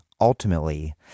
ultimately